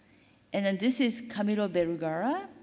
and then this is camilo bergara.